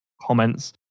comments